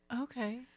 okay